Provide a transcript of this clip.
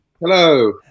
Hello